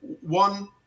one